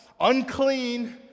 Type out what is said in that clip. unclean